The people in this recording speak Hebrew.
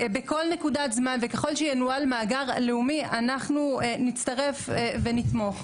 בכל נקודת זמן וככל שינוהל מאגר לאומי אנחנו נצטרף ונתמוך.